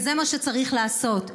זה מה שצריך לעשות.